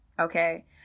Okay